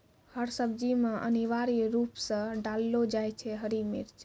हर सब्जी मॅ अनिवार्य रूप सॅ डाललो जाय छै हरी मिर्च